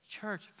church